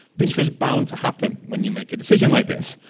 this was bound to happen when you make a decision like this.